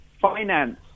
finance